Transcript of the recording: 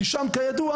כי שם כידוע,